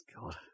God